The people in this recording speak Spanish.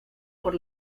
por